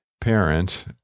parent